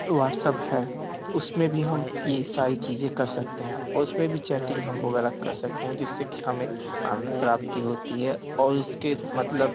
WhatsApp है उसमें भी हम ये सारी चीज़ें कर सकते हैं उसमें भी चैटिंग हम वगैरह कर सकते हैं जिससे कि हमें आनंद प्राप्ति होती है और इसके मतलब